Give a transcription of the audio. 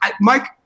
Mike